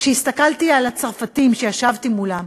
כשהסתכלתי על הצרפתים שישבתי מולם,